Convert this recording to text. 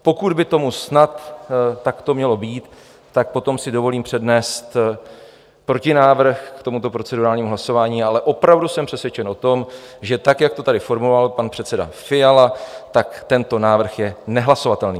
Pokud by tomu snad takto mělo být, tak potom si dovolím přednést protinávrh k tomuto procedurálnímu hlasování, ale opravdu jsem přesvědčen o tom, že tak jak to tady formuloval pan předseda Fiala, tak tento návrh je nehlasovatelný.